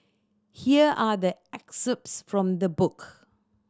here are the excerpts from the book